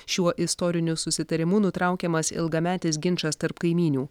šiuo istoriniu susitarimu nutraukiamas ilgametis ginčas tarp kaimynių